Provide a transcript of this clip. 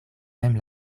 mem